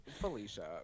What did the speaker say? Felicia